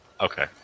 Okay